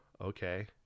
okay